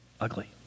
ugly